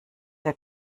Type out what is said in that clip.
der